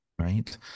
right